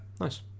nice